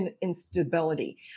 instability